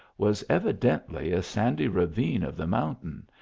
was evidently a sandy ra vine of the mountain,